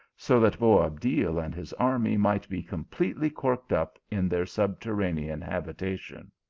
so that boabdil and his army might be completely corked up in their sub terranean habitation.